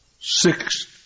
Six